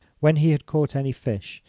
when he had caught any fish,